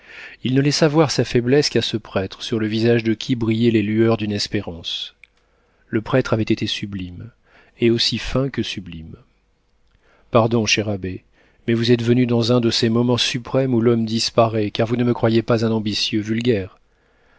il ne laissa voir sa faiblesse qu'à ce prêtre sur le visage de qui brillaient les lueurs d'une espérance le prêtre avait été sublime et aussi fin que sublime pardon cher abbé mais vous êtes venu dans un de ces moments suprêmes où l'homme disparaît car ne me croyez pas un ambitieux vulgaire